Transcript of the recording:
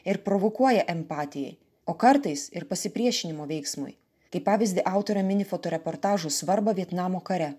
ir provokuoja empatijai o kartais ir pasipriešinimo veiksmui kaip pavyzdį autorė mini fotoreportažų svarbą vietnamo kare